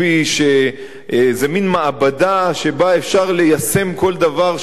איזה מין מעבדה שבה אפשר ליישם כל דבר שרוצים,